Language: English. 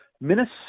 Minnesota